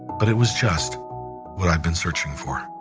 but it was just what i'd been searching for.